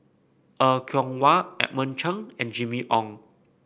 Er Kwong Wah Edmund Cheng and Jimmy Ong